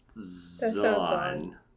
Zon